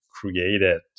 created